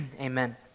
amen